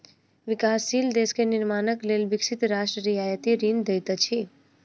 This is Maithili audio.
विकासशील देश के निर्माणक लेल विकसित राष्ट्र रियायती ऋण दैत अछि